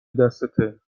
دستته